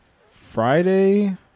Friday